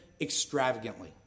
extravagantly